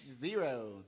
Zero